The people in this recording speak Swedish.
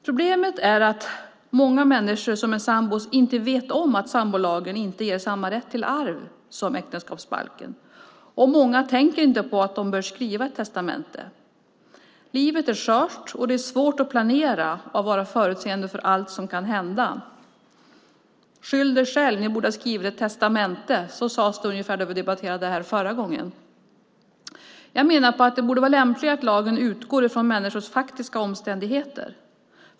Problemet är att många människor som är sambor inte vet om att sambolagen inte ger samma rätt till arv som äktenskapsbalken, och många tänker inte på att de bör skriva ett testamente. Livet är skört, och det är svårt att planera och vara förutseende för allt som kan hända. Skyll dig själv! Ni borde ha skrivit ett testamente! Ungefär så sades det när vi debatterade det här förra gången. Jag menar att det borde vara lämpligare att lagen utgår från människors faktiska omständigheter.